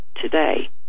today